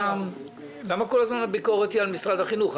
למה כל הזמן הביקורת היא על משרד החינוך?